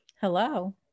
Hello